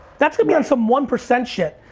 that's gonna be on some one percent shit.